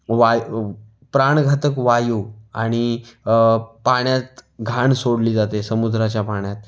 Y प्राणघातक वायू आणि पाण्यात घाण सोडली जाते समुद्राच्या पाण्यात